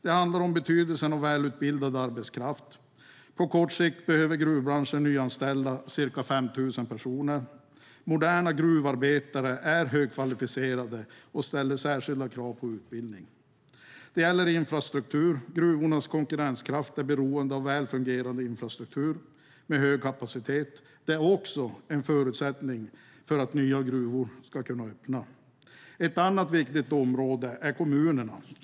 Ett annat är betydelsen av välutbildad arbetskraft. På kort sikt behöver gruvbranschen nyanställa ca 5 000 personer. Moderna gruvarbeten är högkvalificerade och ställer särskilda krav på utbildning. Ytterligare ett område är infrastruktur. Gruvornas konkurrenskraft är beroende av en väl fungerande infrastruktur med hög kapacitet. Det är också en förutsättning för att nya gruvor ska kunna öppna. Ett annat viktigt område är kommunerna.